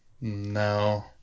No